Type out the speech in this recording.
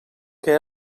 que